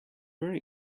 very